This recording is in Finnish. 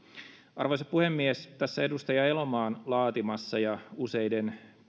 arvoisa puhemies tässä edustaja elomaan laatimassa ja useiden